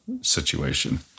situation